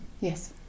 yes